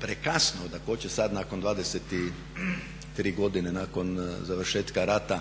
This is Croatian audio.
prekasno da tko će sada nakon 23 godine nakon završetka rata